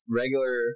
regular